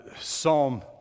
Psalm